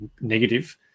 negative